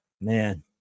man